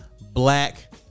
black